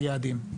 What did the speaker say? על יעדים,